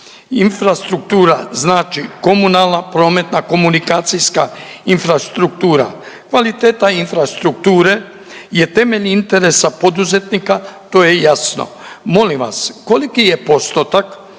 Infrastruktura znači komunalna, prometna, komunikacijska infrastruktura. Kvaliteta infrastrukture je temeljni interes za poduzetnika, to je jasno, molim vas koliki je postotak